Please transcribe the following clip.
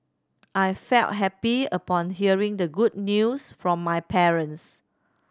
I felt happy upon hearing the good news from my parents